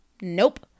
Nope